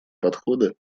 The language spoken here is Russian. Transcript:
подхода